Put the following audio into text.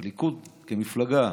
הליכוד, כמפלגה,